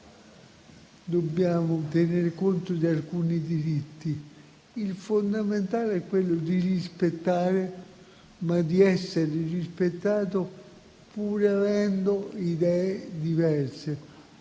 dobbiamo tenere conto di alcuni diritti; un diritto fondamentale è quello di rispettare e di essere rispettati, pur avendo idee diverse.